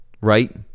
right